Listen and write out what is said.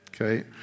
okay